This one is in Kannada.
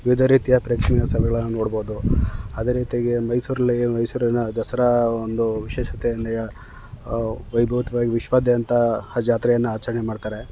ವಿವಿಧ ರೀತಿಯ ಪ್ರೇಕ್ಷಣೀಯ ಸ್ಥಳಗಳನ್ನು ನೋಡ್ಬೋದು ಅದೇ ರೀತಿಯಾಗಿ ಮೈಸೂರಲ್ಲಿ ಮೈಸೂರಿನ ದಸರಾ ಒಂದು ವಿಶೇಷತೆ ಎಂದೇ ಆ ವೈಭವಿತ್ವಾಗಿ ವಿಶ್ವದಾದ್ಯಂತ ಆ ಜಾತ್ರೆನ ಆಚರಣೆ ಮಾಡ್ತಾರೆ